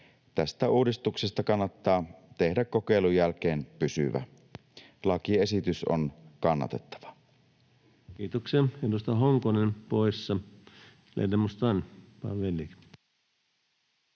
tästä uudistuksesta kannattaa tehdä kokeilun jälkeen pysyvä. Lakiesitys on kannatettava. Kiitoksia. — Edustaja Honkonen poissa.